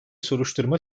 soruşturma